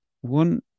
one